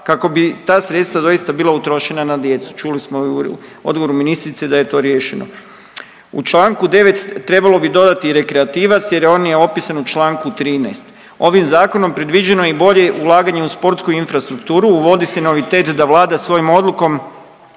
kako bi ta sredstava doista bila utrošena na djecu. Čuli smo u odgovoru ministrice da je to riješeno. U čl. 9. trebalo bi dodati rekreativac jer on je opisan u čl. 13.. Ovim zakonom predviđeno je i boje ulaganje u sportsku infrastrukturu, uvodi se novitet da vlada svojom odlukom